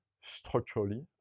structurally